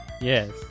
yes